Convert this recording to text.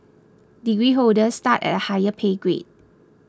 degree holders start at a higher pay grade